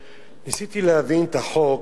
ניסיתי להבין את החוק,